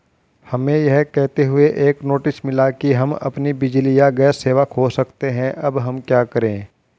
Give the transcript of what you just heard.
हमें यह कहते हुए एक नोटिस मिला कि हम अपनी बिजली या गैस सेवा खो सकते हैं अब हम क्या करें?